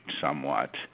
somewhat